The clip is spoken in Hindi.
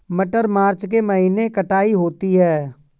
मटर मार्च के महीने कटाई होती है?